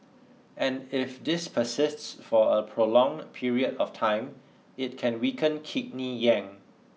and if this persists for a prolonged period of time it can weaken kidney yang